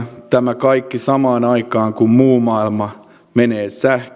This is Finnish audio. tämä kaikki samaan aikaan kun muu maailma menee sähköön sähköautoihin